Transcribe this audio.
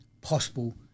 possible